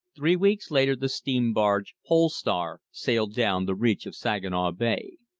three weeks later the steam barge pole star sailed down the reach of saginaw bay.